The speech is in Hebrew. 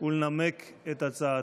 ולנמק את הצעתו.